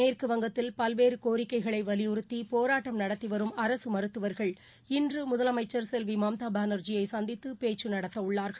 மேற்கு வங்கத்தில் பல்வேறு கோரிக்கைகளை வலியுறுத்தி போராட்டம் நடத்திவரும் அரசு மருத்துவர்கள் இன்று முதலமைச்சர் செல்வி மம்தா பேனர்ஜியை சந்தித்து பேச்சு நடத்த உள்ளார்கள்